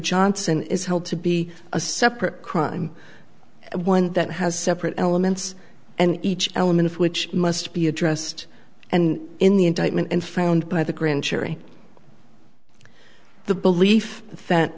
johnson is held to be a separate crime one that has separate elements and each element which must be addressed and in the indictment and found by the grand jury the belief